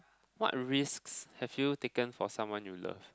what risks have you taken for someone you love